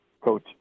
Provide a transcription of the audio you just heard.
coach